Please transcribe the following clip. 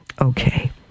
Okay